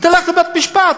תלך לבית-משפט,